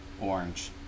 orange